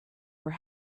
were